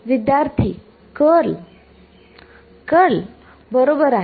विद्यार्थी curl curl बरोबर आहे